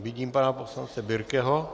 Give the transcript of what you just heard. Vidím pana poslance Birkeho.